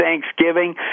Thanksgiving